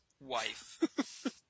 wife